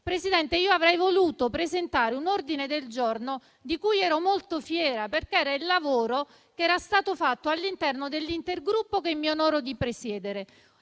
Presidente, avrei voluto presentare un ordine del giorno di cui ero molto fiera, perché era il frutto del lavoro compiuto all'interno dell'intergruppo che mi onoro di presiedere,